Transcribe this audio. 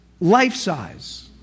life-size